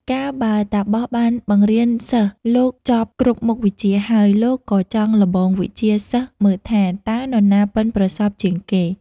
កាលបើតាបសបានបង្រៀនសិស្សលោកចប់គ្រប់មុខវិជ្ជាហើយ លោកក៏ចង់ល្បងវិជ្ជាសិស្សមើលថា តើនរណាប៉ិនប្រសប់ជាងគេ។